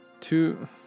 two